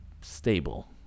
stable